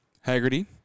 Haggerty